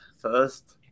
First